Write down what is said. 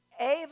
Ava